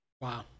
Wow